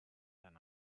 den